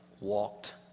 walked